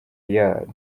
year